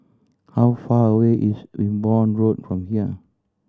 how far away is Wimborne Road from here